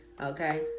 okay